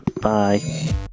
Bye